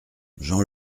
jean